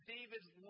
David's